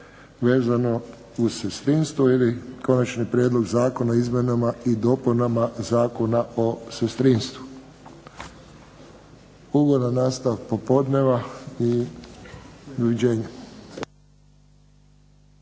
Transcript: vezano uz sestrinstvo ili Konačni prijedlog zakona o izmjenama i dopunama Zakona o sestrinstvu. Ugodan nastavak popodneva i doviđenja.